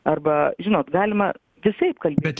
arba žinot galima visaip kalbėti